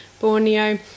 Borneo